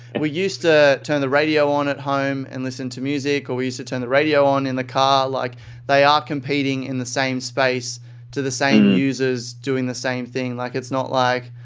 we used to turn the radio on at home and listen to music or we used to turn the radio on in the car. like they are competing in the same space to the same users doing the same thing. like it's not like,